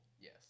Yes